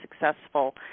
successful